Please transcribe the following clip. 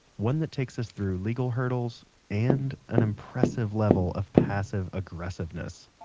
one that takes us through legal hurdles and an impressive level of passive aggressiveness